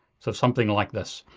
so something like this.